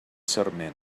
sarment